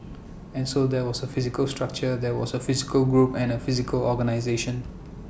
and so there was A physical structure there was A physical group and A physical organisation